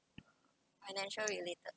financial related